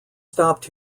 stopped